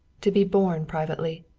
to be borne privately.